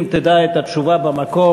אם תדע את התשובה במקום,